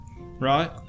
Right